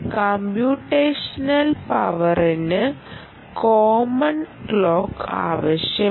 computational പവറിന് common clock ആവശ്യമാണ്